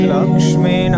Lakshmi